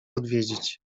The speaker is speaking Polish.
odwiedzić